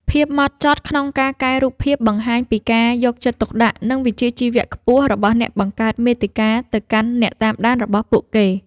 ភាពម៉ត់ចត់ក្នុងការកែរូបភាពបង្ហាញពីការយកចិត្តទុកដាក់ និងវិជ្ជាជីវៈខ្ពស់របស់អ្នកបង្កើតមាតិកាទៅកាន់អ្នកតាមដានរបស់ពួកគេ។